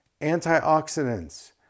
antioxidants